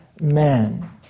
man